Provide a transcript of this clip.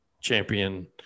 champion